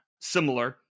similar